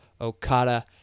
Okada